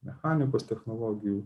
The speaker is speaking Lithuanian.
mechanikos technologijų